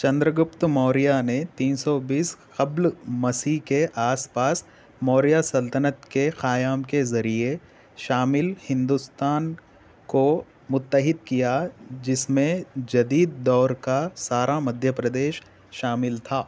چندرگپت موریا نے تین سو بیس قبل مسیح کے آس پاس موریا سلطنت کے قیام کے ذریعے شامل ہندوستان کو متحد کیا جس میں جدید دور کا سارا مدھیہ پردیش شامل تھا